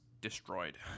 destroyed